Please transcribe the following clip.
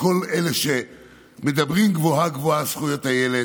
כל אלה שמדברים גבוהה-גבוהה על זכויות הילד,